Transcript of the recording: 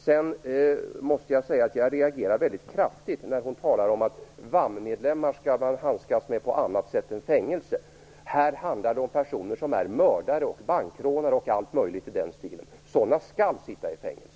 Sedan måste jag säga att jag reagerade väldigt kraftigt när Catarina Rönnung talade om att man skall handskas på annat sätt med VAM-medlemmar än att döma dem till fängelse. Här handlar det om personer som är mördare, bankrånare och allt möjligt annat i den stilen. Sådana skall sitta i fängelse.